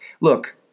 Look